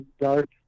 Dark